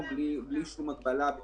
אתה מדבר על